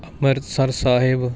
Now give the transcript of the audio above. Amritsar Sahib